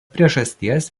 priežasties